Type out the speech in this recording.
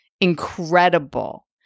incredible